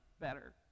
better